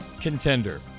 contender